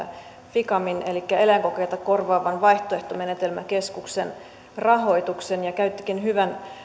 ficamin elikkä eläinkokeita korvaavan vaihtoehtomenetelmäkeskuksen rahoituksen ja käyttikin hyvän